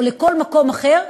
או לכל מקום אחר,